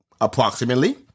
approximately